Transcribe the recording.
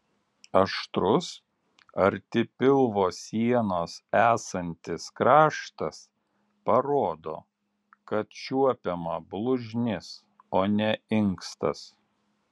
aštrus arti pilvo sienos esantis kraštas parodo kad čiuopiama blužnis o ne inkstas